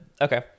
okay